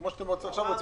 כמו שאתם רוצים עכשיו.